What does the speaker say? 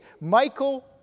Michael